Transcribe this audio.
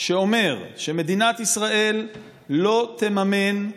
שאומר שמדינת ישראל לא תממן,